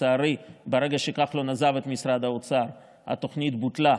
לצערי ברגע שכחלון עזב את משרד האוצר התוכנית בוטלה,